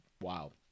wow